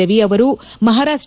ರವಿ ಅವರು ಮಹಾರಾಷ್ಟ